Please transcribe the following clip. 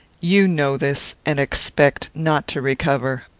you know this, and expect not to recover.